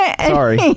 Sorry